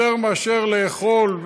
יותר מאשר לאכול,